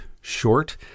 short